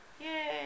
Yay